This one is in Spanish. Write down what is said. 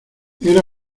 era